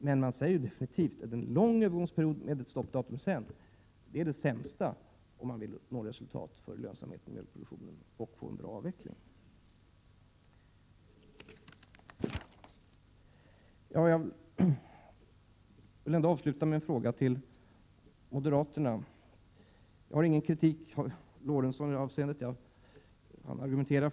Men näringen säger alltså definitivt att en lång övergångstid med ett senarelagt stoppdatum är den sämsta lösningen, om man vill uppnå resultat när det gäller lönsamheten i mjölkproduktionen och samtidigt få en bra avveckling till stånd. Jag vill avsluta med att kommentera moderaternas agerande i denna fråga. Jag har ingen kritik att anföra mot det som Sven Eric Lorentzon här har redovisat.